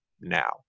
Now